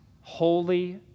holy